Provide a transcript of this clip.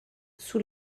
sous